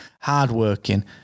hardworking